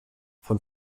von